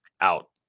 Out